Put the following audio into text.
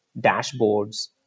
dashboards